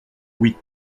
oui